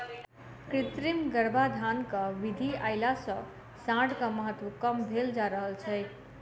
कृत्रिम गर्भाधानक विधि अयला सॅ साँढ़क महत्त्व कम भेल जा रहल छै